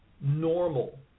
normal